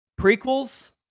Prequels